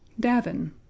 Davin